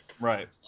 Right